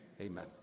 Amen